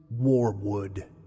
Warwood